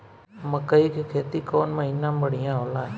मकई के खेती कौन महीना में बढ़िया होला?